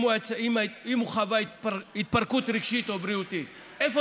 אם הוא חווה התפרקות רגשית או בריאותית,